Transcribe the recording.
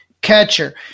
catcher